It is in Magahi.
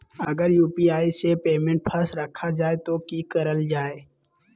अगर यू.पी.आई से पेमेंट फस रखा जाए तो की करल जाए?